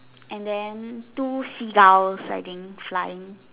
and then two Seagulls I think flying